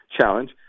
challenge